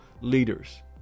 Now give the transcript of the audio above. leaders